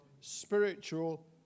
spiritual